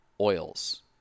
oils